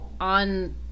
on